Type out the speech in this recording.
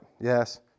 Yes